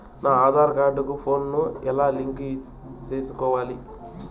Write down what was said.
నా ఆధార్ కార్డు కు ఫోను ను ఎలా లింకు సేసుకోవాలి?